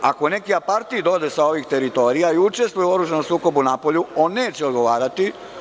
Ako neki apatrid ode sa ovih teritorija i učestvuju u oružanom sukobu napolju, on neće odgovarati.